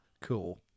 Cool